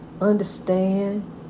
Understand